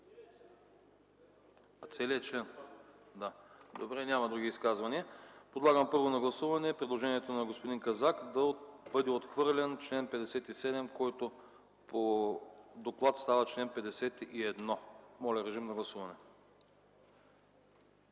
целият член да отпадне. Няма други изказвания. Подлагам първо на гласуване предложението на господин Казак да бъде отхвърлен чл. 57, който по доклад става чл. 51. Гласували